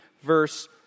verse